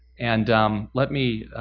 and um let me